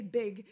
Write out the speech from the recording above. big